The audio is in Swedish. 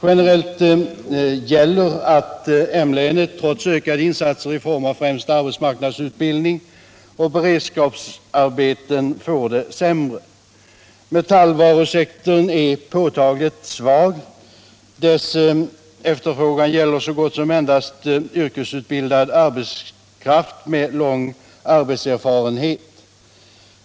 Generellt gäller att Malmöhus län trots ökade insatser i form av främst arbetsmarknadsutbildning och beredskapsarbeten får det sämre. Metallvarusektorn är påtagligt svag. Dess efterfrågan gäller så gott som endast yrkesutbildad arbetskraft med lång arbetserfarenhet.